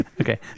Okay